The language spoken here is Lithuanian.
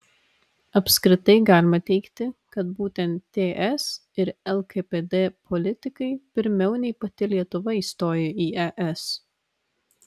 apskritai galima teigti kad būtent ts ir lkdp politikai pirmiau nei pati lietuva įstojo į es